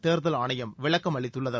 தேர்தல் ஆணையம் விளக்கமளித்துள்ளது